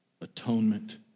Atonement